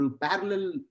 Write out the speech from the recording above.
parallel